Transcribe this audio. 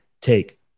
take